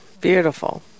beautiful